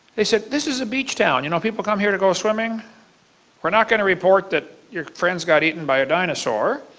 they said, this is a beach town you know people come here to go swimming. we are not going to report that your friends got eaten by a dinosaur.